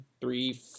three